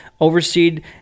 overseed